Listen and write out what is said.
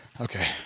Okay